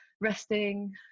resting